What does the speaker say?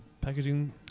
packaging